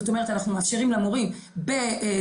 זאת אומרת אנחנו מאפשרים למורים באזורים,